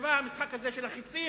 ומסביבה המשחק הזה של החצים,